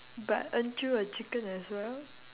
but aren't you a chicken as well